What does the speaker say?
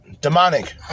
demonic